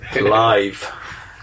live